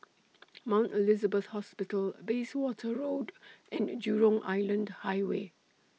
Mount Elizabeth Hospital Bayswater Road and Jurong Island Highway